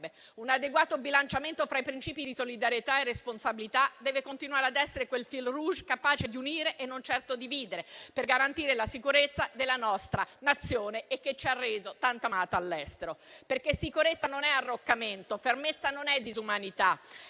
Un adeguato bilanciamento fra i principi di solidarietà e responsabilità deve continuare ad essere quel *fil rouge* capace di unire e non certo dividere, per garantire la sicurezza della nostra Nazione, che ci ha reso tanto amati all'estero. Perché sicurezza non è arroccamento. Fermezza non è disumanità.